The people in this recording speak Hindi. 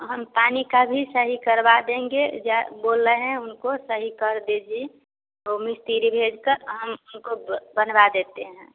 हम पानी का भी सही करवा देंगे जा बोल रहें उनको सही कर दीजिए और मिस्त्री भेज कर हम उनको ब बनवा देते हैं